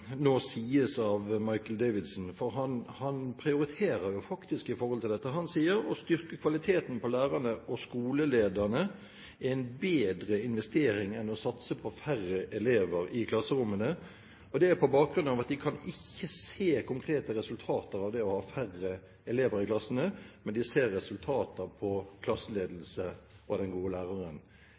nå sies av Michael Davidson, for han prioriterer jo faktisk dette. Han sier: «Å styrke kvaliteten på lærerne og skolelederne er en bedre investering enn å satse på færre elever i klasserommene.» Det er på bakgrunn av at de ikke kan se konkrete resultater av det å ha færre elever i klassene, men at de ser resultater når det gjelder klasseledelse og den gode læreren.